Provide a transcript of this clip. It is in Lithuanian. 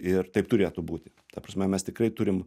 ir taip turėtų būti ta prasme mes tikrai turim